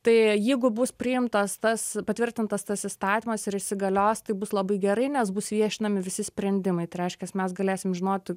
tai jeigu bus priimtas tas patvirtintas tas įstatymas ir įsigalios tai bus labai gerai nes bus viešinami visi sprendimai reiškia mes galėsime žinoti